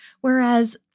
Whereas